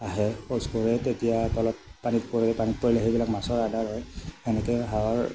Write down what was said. আহে শৌচ কৰে তেতিয়া তলত পানীত পৰে পানীত পৰিলে সেইবিলাক মাছৰ আহাৰ হয় সেনেকে হাঁহৰ